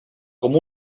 com